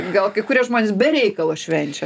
gal kai kurie žmonės be reikalo švenčia